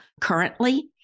currently